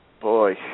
boy